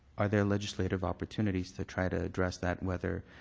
are there legislative opportunities to try to address that, whether